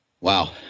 Wow